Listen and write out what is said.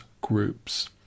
groups